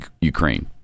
Ukraine